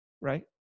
right